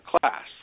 class